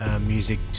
music